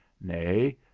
nay